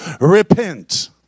repent